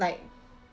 like